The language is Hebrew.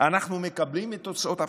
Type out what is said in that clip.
אנחנו מקבלים את תוצאות הבחירות,